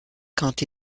quand